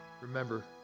Remember